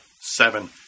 seven